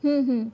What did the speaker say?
હં હં